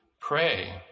pray